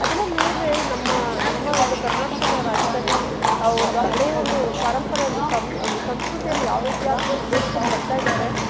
ಅದೆಲ್ಲ ನೋಡಿದ್ರೆ ನಮ್ಮ ನಮ್ಮ ಒಂದು ಕರ್ನಾಟಕದ ರಾಜ್ಯದಲ್ಲಿ ಆ ಒಂದು ಹಳೆಯ ಒಂದು ಪಾರಂಪರೆ ಒಂದು ಸಂ ಒಂದು ಸಂಸ್ಕೃತಿಯನ್ನು ಯಾವ ರೀತಿಯಾಗಿ ಮುಂದ್ವರ್ಸ್ಕೊಂಬರ್ತಾ ಇದ್ದಾರೆ